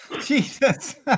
Jesus